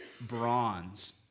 bronze